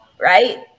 right